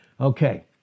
Okay